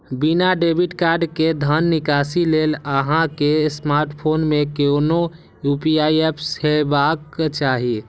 बिना debit card के धन निकासी लेल अहां के स्मार्टफोन मे कोनो यू.पी.आई एप हेबाक चाही